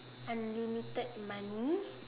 unlimited money